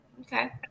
okay